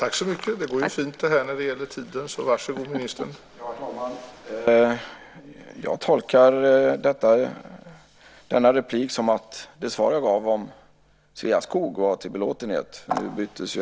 Herr talman! Jag tolkar denna replik som att det svar jag gav om Sveaskog var till belåtenhet. Ämnet byttes